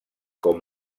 com